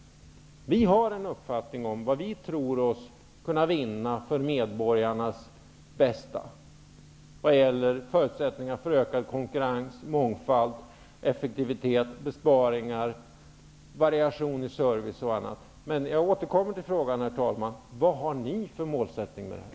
Vi har en uppfattning om vad vi tror oss kunna vinna med tanke på medborgarnas bästa vad gäller förutsättningarna för ökad konkurrens, mångfald, effektivitet, besparingar, variationer i service, m.m. Herr talman! Jag återkommer till frågan: Vad har ni för målsättning med detta?